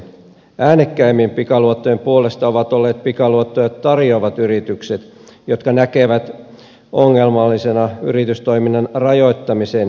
äänekkäimmin pikaluottojen puolesta ovat olleet pikaluottoja tarjoavat yritykset jotka näkevät ongelmallisena yritystoiminnan rajoittamisen mikäli lakia muutetaan